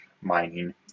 mining